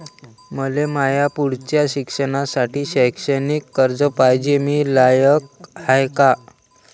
मले माया पुढच्या शिक्षणासाठी शैक्षणिक कर्ज पायजे, मी लायक हाय का?